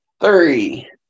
three